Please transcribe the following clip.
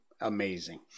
amazing